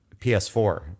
ps4